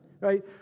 right